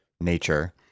nature